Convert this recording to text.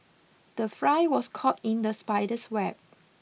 the fly was caught in the spider's web